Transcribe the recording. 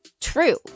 true